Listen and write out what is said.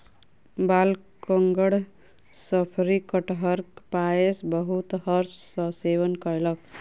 बालकगण शफरी कटहरक पायस बहुत हर्ष सॅ सेवन कयलक